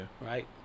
Right